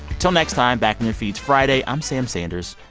till next time back in your feeds friday i'm sam sanders.